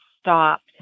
stopped